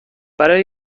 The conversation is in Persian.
برای